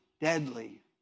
deadly